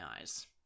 eyes